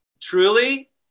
truly